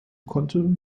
konnte